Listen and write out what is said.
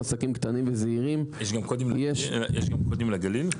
יש גם קודים לגליל?